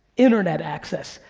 internet access,